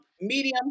medium